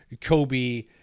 Kobe